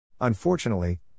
Unfortunately